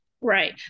Right